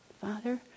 Father